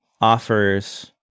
offers